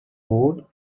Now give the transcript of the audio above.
board